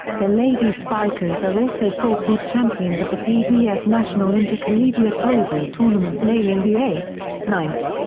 the lady spikers are also four peat champions of the pvf national inter-collegiate volleyball tournament nailing the eighth, ninth,